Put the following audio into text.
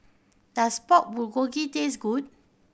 does Pork Bulgogi taste good